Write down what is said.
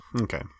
Okay